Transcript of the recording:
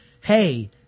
hey